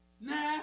nah